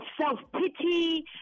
self-pity